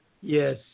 Yes